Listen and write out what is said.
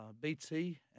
BT